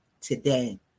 today